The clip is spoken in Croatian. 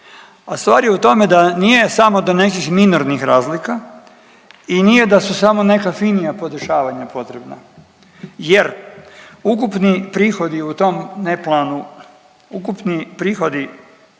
A stvar je u tome da nije samo do nekih minornih razlika i nije da su samo neka finija podešavanja potrebna jer ukupni prihodi u tom neplanu, ukupni prihodi